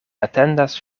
atendas